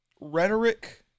rhetoric